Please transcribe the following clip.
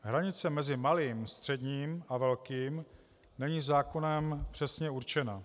Hranice mezi malým, středním a velkým není zákonem přesně určena.